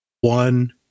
One